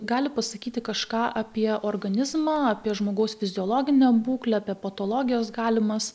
gali pasakyti kažką apie organizmą apie žmogaus fiziologinę būklę apie patologijas galimas